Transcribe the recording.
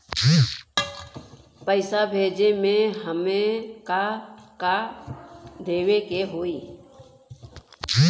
पैसा भेजे में हमे का का देवे के होई?